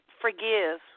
forgive